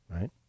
right